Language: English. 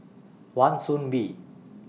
Wan Soon Bee